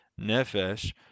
nefesh